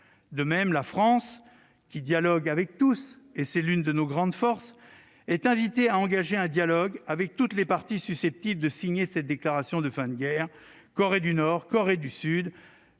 De même, la France, qui dialogue avec tous- c'est une de nos grandes forces -, est invitée à engager une conversation avec les parties susceptibles de signer cette déclaration de fin de guerre : Corée du Nord, Corée du Sud,